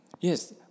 Yes